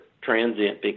transient